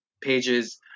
pages